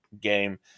game